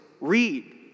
Read